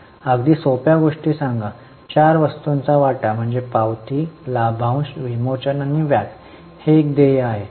अगदी सोप्या गोष्टी सांगा की चार वस्तूंचा वाटा म्हणजे पावती लाभांश विमोचन आणि व्याज हे एक देय आहे